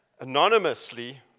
Anonymously